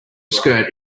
skirt